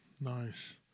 Nice